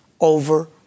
over